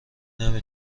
نمی